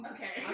Okay